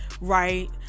right